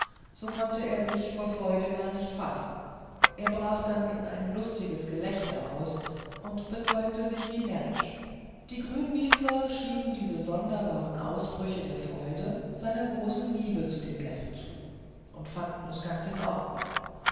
so konnte er sich vor freude gar nicht fassen er brach dann in ein lustiges gelächter aus und bezeugte sich wie närrisch die grünwieseler schrieben diese sonderbaren ausbrüche der freude seiner großen liebe zu dem neffen zu und fanden es ganz in der ordnung